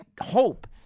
hope